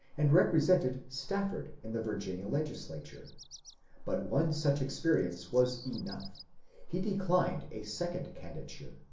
and represented staf ford in the virginia legislature but one such experience was enough he declined a second candidature,